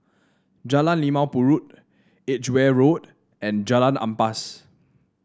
Jalan Limau Purut Edgeware Road and Jalan Ampas